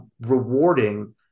rewarding